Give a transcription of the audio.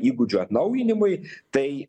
įgūdžių atnaujinimui tai